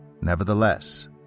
Nevertheless